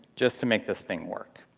just to make this thing work.